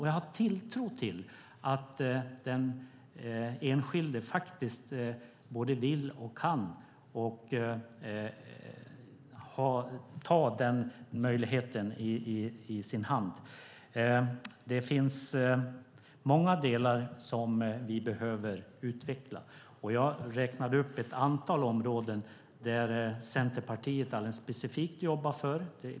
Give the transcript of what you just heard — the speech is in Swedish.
Jag har tilltro till att den enskilde både vill och kan ta den möjligheten i sin hand. Det finns många delar som vi behöver utveckla. I mitt anförande räknade jag upp ett antal områden som Centerpartiet alldeles specifikt jobbar för.